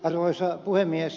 arvoisa puhemies